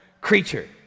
creature